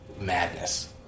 madness